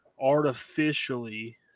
artificially